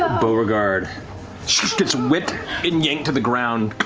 beauregard gets whipped and yanked to the ground,